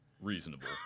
reasonable